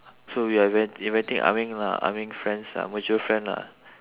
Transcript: so we are invit~ inviting ah ming lah ah ming friends lah mutual friend lah